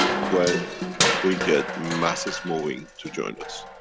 when we get masses moving to join us.